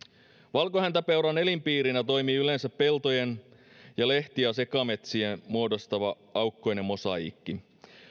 valkohäntäpeuran elinpiirinä toimii yleensä peltojen ja lehti ja sekametsien muodostava aukkoinen mosaiikki